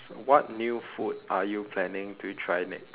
what new food are you planning to try next